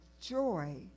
joy